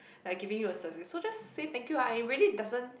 like giving you a service so just say thank you ah and it really doesn't